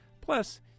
Plus